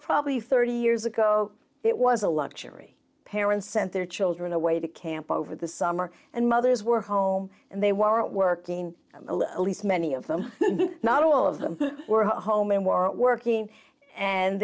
probably thirty years ago it was a luxury parents sent their children away to camp over the summer and mothers were home and they weren't working at least many of them not all of them were